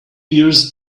yours